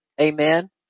Amen